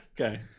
Okay